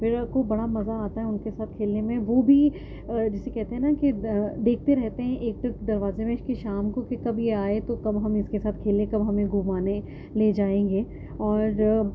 میرا کو بڑا مزہ آتا ہے ان کے ساتھ کھیلنے میں وہ بھی جسے کہتے ہیں نا کہ دیکھتے رہتے ہیں ایک ٹک دروازے میں کہ شام کو کہ کب یہ آئے تو کب ہم اس کے ساتھ کھیلیں کب ہمیں گھمانے لے جائیں گے اور